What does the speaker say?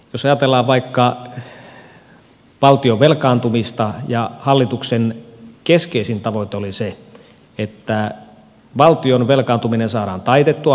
jos ajatellaan vaikka valtion velkaantumista hallituksen keskeisin tavoite oli se että valtion velkaantuminen saadaan taitettua hallituskaudella